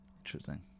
Interesting